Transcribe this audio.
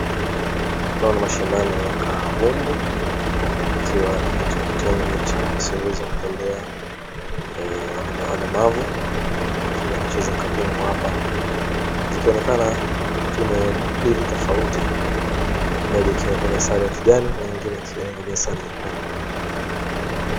Hapa ni mashindano ya kabumbu, ikiwa ni katika kitengo ya wasioweza kutembea, walemavu wakiwa wanacheza kabumbu hapa. Ikionekana timu mbili tofauti, moja ikiwa imevalia sare ya kijani na nyingine ikiwa imevalia sare nyekundu.